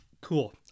Cool